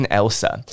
Elsa